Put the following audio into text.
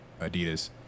Adidas